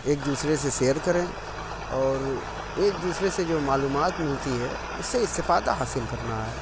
ایک دوسرے سے شیئر کریں اور ایک دوسرے سے جو معلومات مِلتی ہے اُس سے استفادہ حاصل کرنا ہے